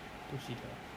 不知道